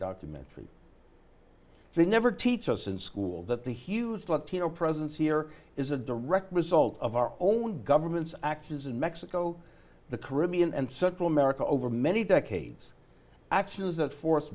documentary they never teach us in school that the huge filipino presence here is a direct result of our own government's axes in mexico the caribbean and central america over many decades actions that force